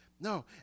no